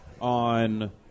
on